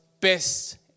best